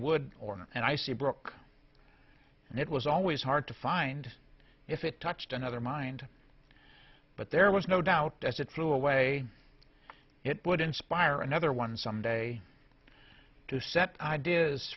would or not and i see brooke and it was always hard to find if it touched another mind but there was no doubt as it flew away it would inspire another one someday to set ideas